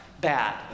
Bad